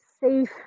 safe